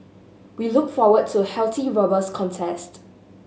we look forward to a healthy robust contest